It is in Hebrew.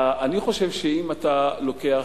אני חושב שאם אתה לוקח,